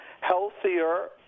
healthier